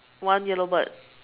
one yellow bird